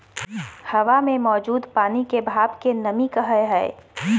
हवा मे मौजूद पानी के भाप के नमी कहय हय